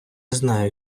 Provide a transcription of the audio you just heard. знаю